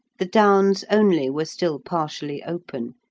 the downs only were still partially open,